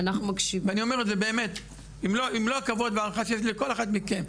ואני אומר את זה עם מלוא הכבוד והערכה שיש לי לכל אחת מכן,